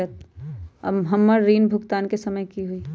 हमर ऋण भुगतान के समय कि होई?